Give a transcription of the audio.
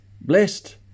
blessed